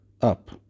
up